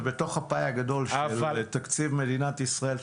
זה בתוך הפאי הגדול של תקציב מדינת ישראל,